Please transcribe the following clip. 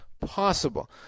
possible